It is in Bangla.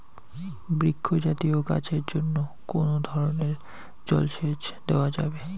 বৃক্ষ জাতীয় গাছের জন্য কোন ধরণের জল সেচ দেওয়া যাবে?